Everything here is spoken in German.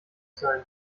sein